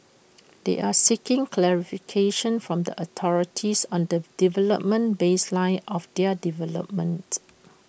they are seeking clarification from the authorities on the development baseline of their development